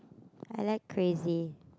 I like crazy